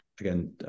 again